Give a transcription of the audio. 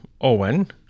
Owen